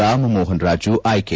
ರಾಮಮೋಹನ್ ರಾಜು ಆಯ್ಕೆ